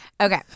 Okay